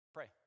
Pray